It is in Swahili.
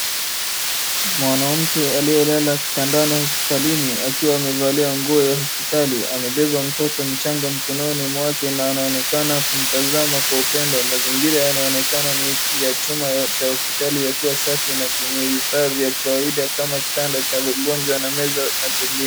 Mwanamke aliyelala kitandani hospitalini, akiwa amevalia nguo ya hospitali, amebeba mtoto mchanga mikononi mwake na anaonekana kumtazama kwa upendo. Mazingira yanaonekana ni ya chumba cha hospitali yakiwa safi na chenye vifaa vya kawaida kama kitanda cha kawaida na meza.